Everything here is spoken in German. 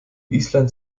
island